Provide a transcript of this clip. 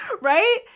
Right